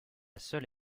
seule